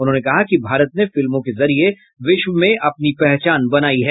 उन्होंने कहा कि भारत ने फिल्मों के जरिए विश्व में अपनी पहचान बनाई है